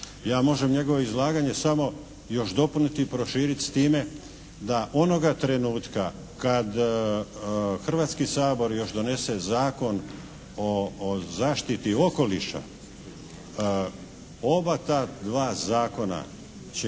Ja mogu njegovo izlaganje samo još dopuniti i proširiti s time da onoga trenutka kad Hrvatski sabor još donese Zakon o zaštiti okoliša, oba ta dva zakona će